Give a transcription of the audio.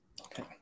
Okay